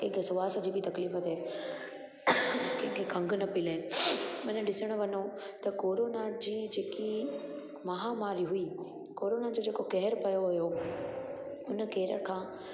कंहिंखे श्वास जी बि तकलीफ़ थिए कंहिंखे खंगु न पई लहे अने ॾिसणु वञू त कोरोना जी जेकी महामारी हुई कोरोना जो जेको कहर पियो हुयो उन कहर खां